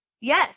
Yes